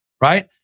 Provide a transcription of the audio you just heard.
Right